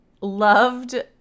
loved